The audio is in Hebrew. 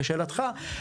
לשאלתך,